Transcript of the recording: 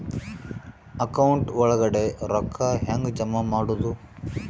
Account ಒಳಗಡೆ ರೊಕ್ಕ ಹೆಂಗ್ ಜಮಾ ಮಾಡುದು?